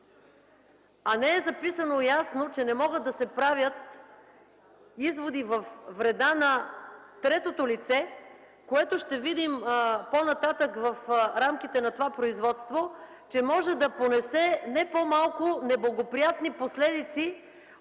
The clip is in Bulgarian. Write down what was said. А не е записано ясно, че не могат да се правят изводи във вреда на третото лице. По-нататък в рамките на това производство ще се види, че то може да понесе не по-малко неблагоприятни последици